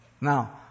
Now